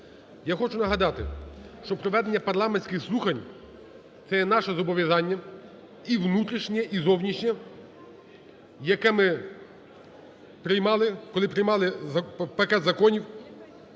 Я хочу нагадати, що проведення парламентських слухань – це є наше зобов'язання і внутрішнє, і зовнішнє, яке ми приймали, коли приймали пакет законів